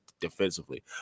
defensively